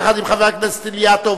יחד עם חבר הכנסת אילטוב,